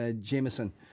Jameson